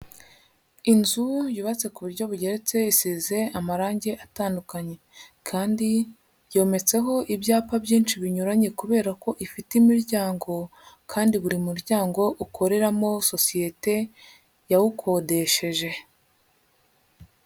Inzu yubatse ku buryo bugeretse isize amarange atandukanye kandi yometseho ibyapa byinshi binyuranye kubera ko ifite imiryango kandi buri muryango ukoreramo sosiyete yawukodesheje.